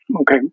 Okay